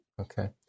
Okay